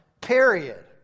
period